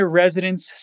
residents